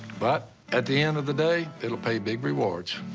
but at the end of the day, it'll pay big rewards.